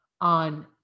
on